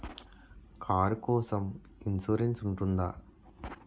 Car కోసం insurance ఉంటుందా?